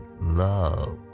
love